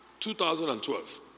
2012